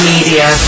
Media